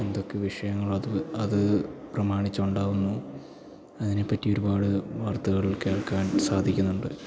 എന്തൊക്കെ വിഷയങ്ങൾ അത് അത് പ്രമാണിച്ച് ഉണ്ടാകുന്നു അതിനെപ്പറ്റി ഒരുപാട് വാർത്തകൾ കേൾക്കാൻ സാധിക്കുന്നുണ്ട്